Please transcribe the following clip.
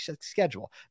schedule